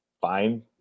fine